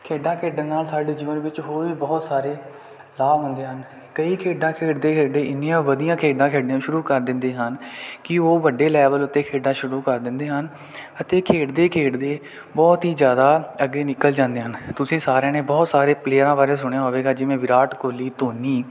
ਖੇਡਾਂ ਖੇਡਣ ਨਾਲ ਸਾਡੇ ਜੀਵਨ ਵਿੱਚ ਹੋਰ ਵੀ ਬਹੁਤ ਸਾਰੇ ਲਾਭ ਹੁੰਦੇ ਹਨ ਕਈ ਖੇਡਾਂ ਖੇਡਦੇ ਖੇਡਦੇ ਇੰਨੀਆਂ ਵਧੀਆਂ ਖੇਡਾਂ ਖੇਡਣੀਆਂ ਸ਼ੁਰੂ ਕਰ ਦਿੰਦੇ ਹਨ ਕਿ ਉਹ ਵੱਡੇ ਲੈਵਲ ਉੱਤੇ ਖੇਡਾਂ ਸ਼ੁਰੂ ਕਰ ਦਿੰਦੇ ਹਨ ਅਤੇ ਖੇਡਦੇ ਖੇਡਦੇ ਬਹੁਤ ਹੀ ਜ਼ਿਆਦਾ ਅੱਗੇ ਨਿਕਲ ਜਾਂਦੇ ਹਨ ਤੁਸੀਂ ਸਾਰਿਆਂ ਨੇ ਬਹੁਤ ਸਾਰੇ ਪਲੇਅਰਾਂ ਬਾਰੇ ਸੁਣਿਆ ਹੋਵੇਗਾ ਜਿਵੇਂ ਵਿਰਾਟ ਕੋਹਲੀ ਧੋਨੀ